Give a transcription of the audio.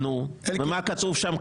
ומה כתוב שם?